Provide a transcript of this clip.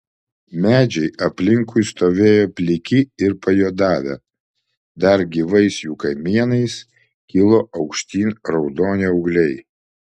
medžiai aplinkui stovėjo pliki ir pajuodavę dar gyvais jų kamienais kilo aukštyn raudoni augliai